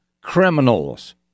criminals